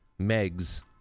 Megs